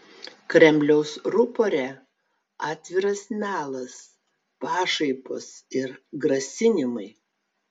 kremliaus rupore atviras melas pašaipos ir grasinimai